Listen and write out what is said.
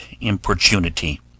importunity